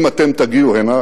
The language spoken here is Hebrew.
אם תגיעו הנה,